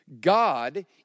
God